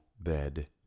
bed